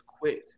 quit